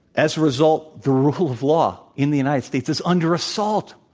as a result, the rule of law in the united states is under assault.